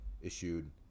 issued